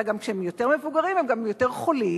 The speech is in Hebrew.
אלא גם כשהם יותר מבוגרים הם גם יותר חולים,